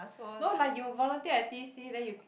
no like you volunteer at T_C then you